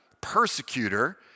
persecutor